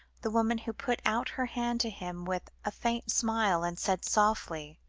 the woman who put out her hand to him with a faint smile, and said softly